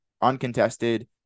uncontested